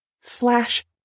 slash